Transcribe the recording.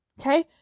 Okay